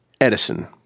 Edison